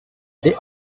they